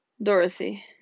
Dorothy